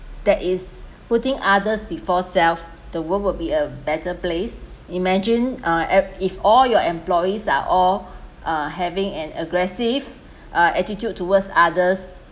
that is putting others before self the world would be a better place imagine uh ap~ if all your employees are all uh having an aggressive uh attitude towards others